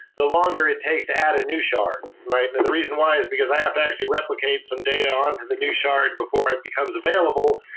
the longer it takes to add a new shard. and the reason why is because i have to actually replicate some data on to the new shard before it becomes available.